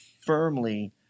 firmly